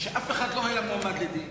שאף אחד לא היה מועמד לדין?